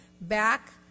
back